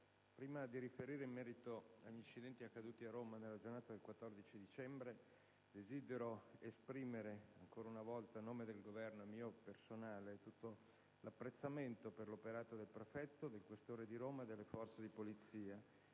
prima di riferire in merito agli incidenti avvenuti a Roma nella giornata del 14 dicembre, desidero esprimere ancora a una volta, a nome del Governo e mio personale, tutto l'apprezzamento per l'operato del prefetto, del questore di Roma e delle forze di polizia,